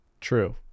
True